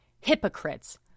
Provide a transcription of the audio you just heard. hypocrites